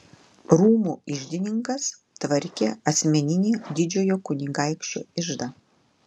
rūmų iždininkas tvarkė asmeninį didžiojo kunigaikščio iždą